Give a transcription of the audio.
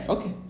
Okay